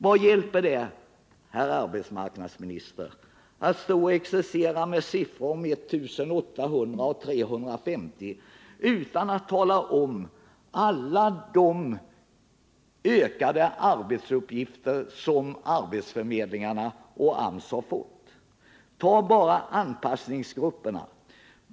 Vad hjälper det, herr arbetsmarknadsminister, att stå och exercera med siffror som 1 800 och 350, utan att tala om alla de ökade arbetsuppgifter som arbetsförmedlingarna och AMS har fått? Ta bara anpassningsgrupperna.